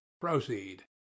proceed